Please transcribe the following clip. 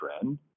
trend